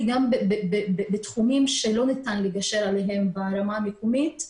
גם בתחומים שלא ניתן לגשר עליהם ברמה המקומית.